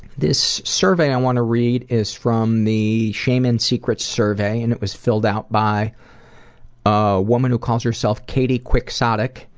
this survey i want to read is from the shame and secrets survey, and it was filled out by a woman who calls herself katie quicksada. like